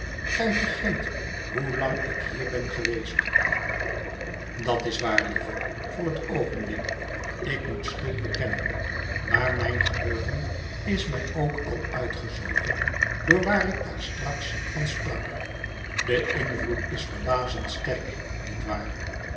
gij vergeet hoelang ik hier ben geweest dat is waar lieve voor het oogenblik ik moet schuld bekennen maar mijn geheugen is mij ook al uitgezogen door waar ik daar straks van sprak de invloed is verbazend stérk niet waar